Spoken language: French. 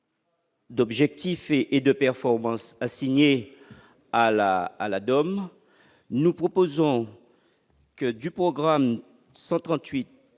D'objectifs et et de performance, assigné à la à la Dome, nous proposons que du programme 138